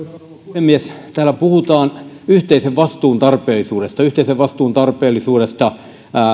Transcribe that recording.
puhemies täällä puhutaan yhteisen vastuun tarpeellisuudesta yhteisen vastuun tarpeellisuudesta